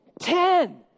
Ten